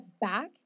back